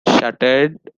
shuttered